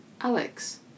Alex